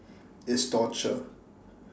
is torture